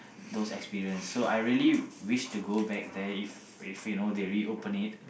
those experience so I realy wish to go back there if if you know they reopen it